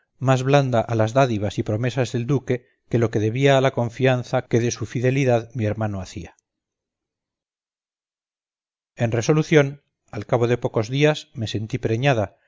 más blanda a las dádivas y promesas del duque que lo que debía a la confianza que de su fidelidad mi hermano hacía en resolución a cabo de pocos días me sentí preñada